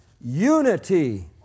unity